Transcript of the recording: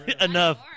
enough